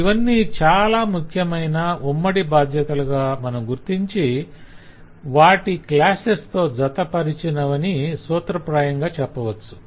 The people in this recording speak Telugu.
ఇవన్నీ చాలా ముఖ్యమైన ఉమ్మడి బాధ్యతలుగా మనం గుర్తించి వాటి క్లాసెస్ తో జతపరచినవని సూత్రప్రాయంగా చెప్పవచ్చు